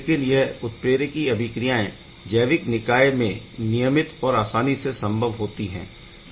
लेकिन यह उत्प्रेरकी अभिक्रियाएं जैविक निकाय में नियमित और आसानी से संभव होती है